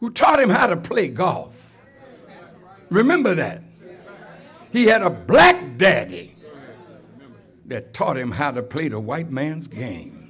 who taught him how to play golf remember that he had a black day that taught him how to play the white man's game